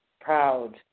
proud